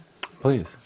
Please